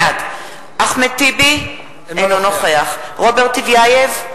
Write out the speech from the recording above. בעד אחמד טיבי, אינו נוכח רוברט טיבייב,